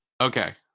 Okay